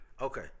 Okay